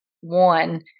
one